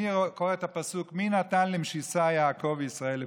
אני קורא את הפסוק: "מי נתן למשִׁסה יעקב וישראל לבֹזזים?"